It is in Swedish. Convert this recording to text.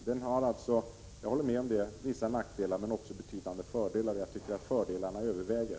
Ordningsboten har — jag håller med om det — vissa nackdelar men alltså även betydande fördelar, och jag tycker att fördelarna överväger.